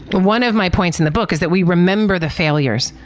one of my points in the book is that we remember the failures,